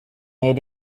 made